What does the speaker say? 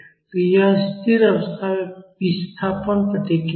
तो यह स्थिर अवस्था में विस्थापन प्रतिक्रिया है